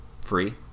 free